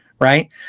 right